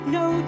no